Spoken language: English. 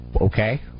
okay